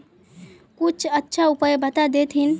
कुछ अच्छा उपाय बता देतहिन?